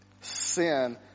Sin